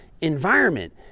environment